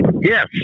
Yes